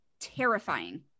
terrifying